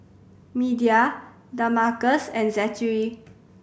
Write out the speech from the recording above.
Media Damarcus and Zachery